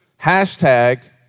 Hashtag